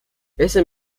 ese